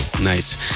nice